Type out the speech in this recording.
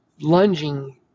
lunging